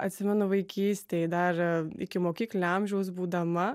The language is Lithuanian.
atsimenu vaikystėj dar ikimokyklinio amžiaus būdama